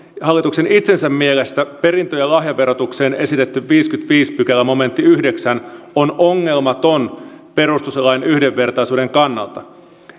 hallituksen itsensä mielestä perintö ja lahjaverotukseen esitetty viidennenkymmenennenviidennen pykälän yhdeksäs momentti on ongelmaton perustuslain yhdenvertaisuuden kannalta